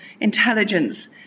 intelligence